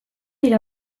dira